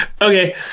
Okay